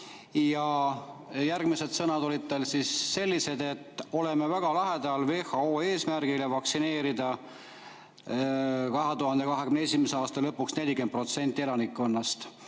Ja järgmised sõnad olid tal sellised, et oleme väga lähedal WHO eesmärgile vaktsineerida 2021. aasta lõpuks 40% elanikkonnast.